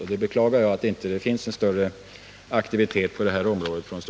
Jag beklagar att statsrådet inte visar större aktivitet på det här området.